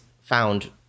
found